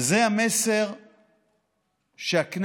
וזה המסר שהכנסת